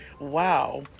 Wow